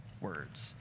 words